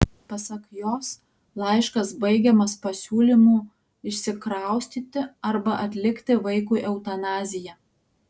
pasak jos laiškas baigiamas pasiūlymu išsikraustyti arba atlikti vaikui eutanaziją